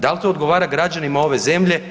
Da li to odgovara građanima ove zemlje?